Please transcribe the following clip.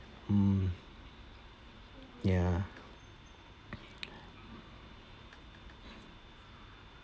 mm ya